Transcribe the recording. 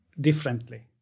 differently